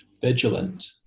vigilant